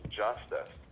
justice